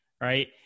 right